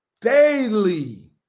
Daily